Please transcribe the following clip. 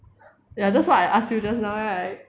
ya that's why I ask you just now right